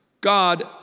God